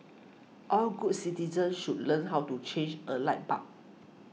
all good citizens should learn how to change a light bulb